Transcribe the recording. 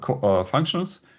functions